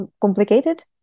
complicated